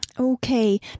Okay